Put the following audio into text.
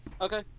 Okay